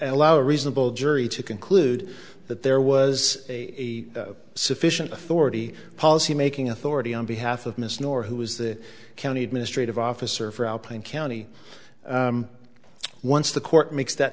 allow a reasonable jury to conclude that there was a sufficient authority policy making authority on behalf of miss nora who was the county administrative officer for our plain county once the court makes that